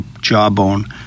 jawbone